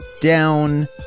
down